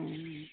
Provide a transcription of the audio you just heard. ᱩᱸᱻ